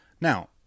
Now